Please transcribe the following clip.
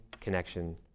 connection